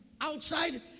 Outside